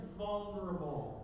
vulnerable